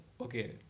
Okay